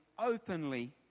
openly